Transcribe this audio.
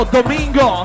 Domingo